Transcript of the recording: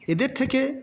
এদের থেকে